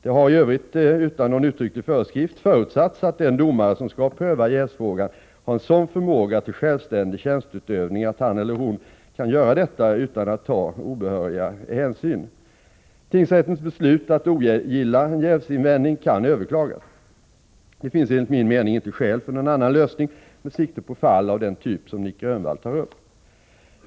Det har i övrigt utan någon uttrycklig föreskrift förutsatts att den domare som skall pröva jävsfrågan har en sådan förmåga till självständig tjänsteutövning att han eller hon kan göra detta utan att ta obehöriga hänsyn. Tingsrättens beslut att ogilla en jävsinvändning kan överklagas. Det finns enligt min mening inte skäl för någon annan lösning med sikte på fall av den typ som Nic Grönvall tar upp.